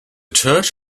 church